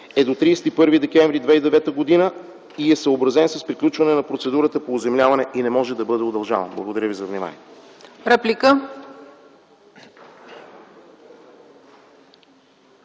е до 31 декември 2009 г., съобразен е с приключване на процедурата по оземляване и не може да бъде удължаван. Благодаря ви за вниманието.